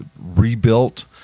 rebuilt